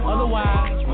Otherwise